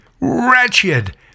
wretched